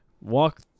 walk